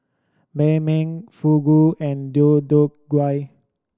Banh Mi Fugu and Deodeok Gui